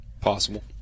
Possible